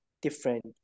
different